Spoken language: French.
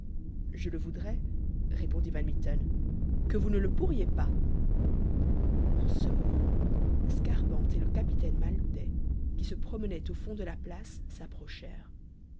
je le voudrais répondit van mitten que vous ne le pourriez pas en ce moment scarpante et le capitaine maltais qui se promenaient au fond de la place